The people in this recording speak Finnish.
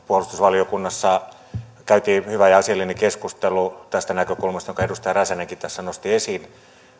puolustusvaliokunnassa käytiin hyvä ja asiallinen keskustelu tästä näkökulmasta jonka edustaja räsänenkin tässä nosti esiin